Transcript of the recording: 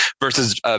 versus